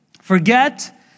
Forget